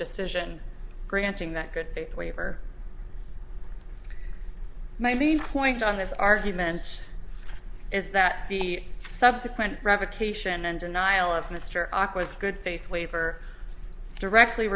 decision granting that good faith waiver my viewpoint on this argument is that the subsequent revocation and denial of mr aqua's good faith waiver directly